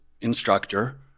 instructor